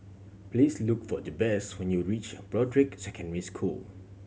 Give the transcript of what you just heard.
please look for Jabez when you reach Broadrick Secondary School